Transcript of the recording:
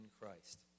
Christ